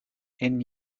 and